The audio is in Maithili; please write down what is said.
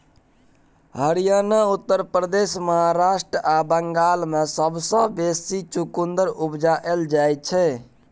हरियाणा, उत्तर प्रदेश, महाराष्ट्र आ बंगाल मे सबसँ बेसी चुकंदर उपजाएल जाइ छै